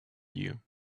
year